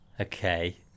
okay